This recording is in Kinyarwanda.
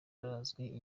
arazwi